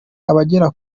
abagera